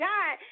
God